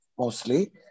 mostly